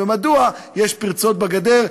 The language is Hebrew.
ומדוע יש פרצות בגדר,